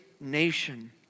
nation